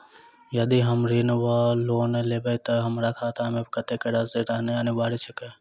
यदि हम ऋण वा लोन लेबै तऽ हमरा खाता मे कत्तेक राशि रहनैय अनिवार्य छैक?